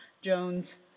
Jones